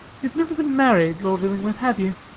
have never been married, lord illingworth, have you?